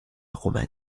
romagne